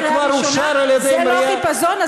זה לא חיפזון?